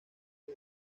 que